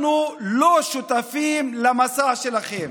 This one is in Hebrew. אנחנו לא שותפים למסע שלכם,